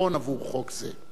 עבור חוק זה.